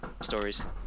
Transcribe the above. stories